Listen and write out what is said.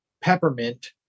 peppermint